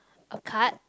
a card